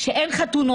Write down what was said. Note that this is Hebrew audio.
שאז אין חתונות.